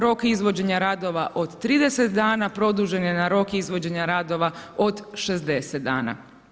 Rok izvođenja radova od 30 dana produžen je na rok izvođenja radova od 60 dana.